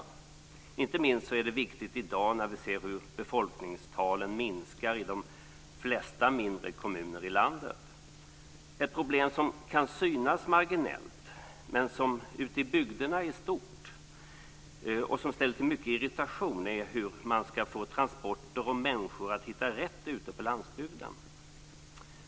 Det är inte minst viktigt i dag när vi ser hur befolkningstalen minskar i de flesta mindre kommuner i landet. Ett problem, som kan synas marginellt men som är stort ute i bygderna och som ställer till mycket irritation, är hur man ska få transporter och människor att hitta rätt ute på landsbygden.